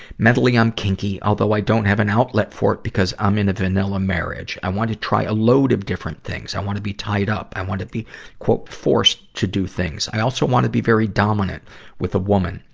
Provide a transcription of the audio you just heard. mentally, i'm kinky, although i don't have an outlet for it because i'm in a vanilla marriage. i want to try a load of different things. i want to be tied up. i want to be forced to do things. i also want to be very dominant with a woman.